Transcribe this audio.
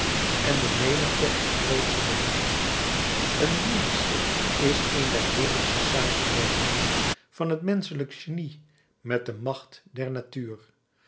en de menigte het grootsche bemint een linieschip is een der heerlijkste samenwerkingen van het menschelijk genie met de macht der natuur